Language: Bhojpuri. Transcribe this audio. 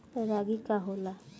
रागी का होला?